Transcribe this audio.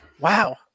Wow